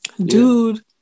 Dude